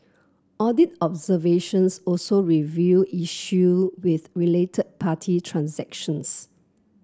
audit observations also revealed issue with related party transactions